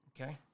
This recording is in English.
Okay